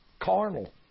carnal